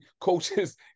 coaches